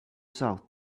south